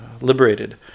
liberated